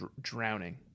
drowning